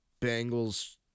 Bengals